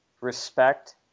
respect